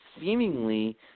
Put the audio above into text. seemingly